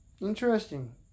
Interesting